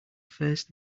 first